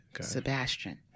Sebastian